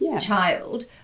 child